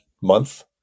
month